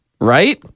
right